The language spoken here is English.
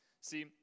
See